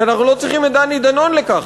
כי אנחנו לא צריכים את דני דנון לכך,